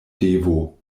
devo